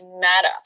matter